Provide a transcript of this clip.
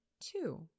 two